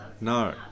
No